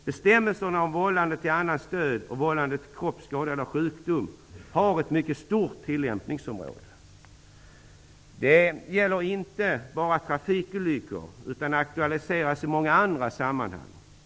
Bestämmelserna om vållande till annans död och vållande till kroppsskada eller sjukdom har ett mycket stort tillämpningsområde. De gäller inte bara trafikolyckor, utan de aktualiseras också i många andra sammanhang.